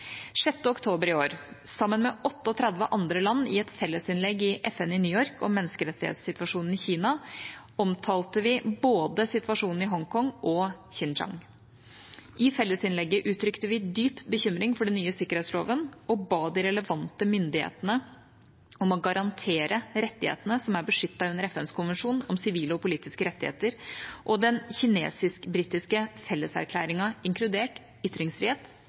oktober i år, sammen med 38 andre land i et felles innlegg i FN i New York om menneskerettighetssituasjonen i Kina, omtalte vi både situasjonen i Hongkong og Xinjiang. I fellesinnlegget uttrykte vi dyp bekymring for den nye sikkerhetsloven og ba de relevante myndighetene om å garantere for rettighetene som er beskyttet under FNs konvensjon om sivile og politiske rettigheter og den kinesisk-britiske felleserklæringen, inkludert ytringsfrihet,